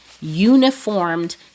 uniformed